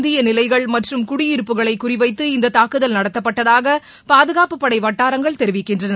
இந்திய நிலைகள் மற்றும் குடியிருப்புகளை குறிவைத்து இந்த தூக்குதல் நடத்தப்பட்டதாக பாதுகாப்பு படை வட்டாரங்கள் தெரிவிக்கின்றன